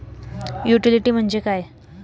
Utility म्हणजे काय?